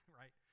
right